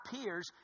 appears